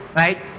right